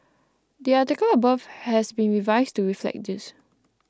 the article above has been revised to reflect this